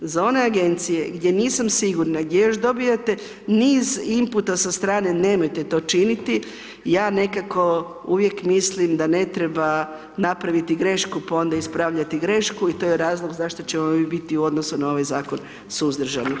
Za one agencije gdje nisam sigurna gdje još dobijate niz inputa sa strane, nemojte to činiti, ja nekako uvijek mislim da ne treba napraviti grešku, pa onda ispravljati grešku i to je razlog zašto ćemo mi biti u odnosu na ovaj zakon suzdržani.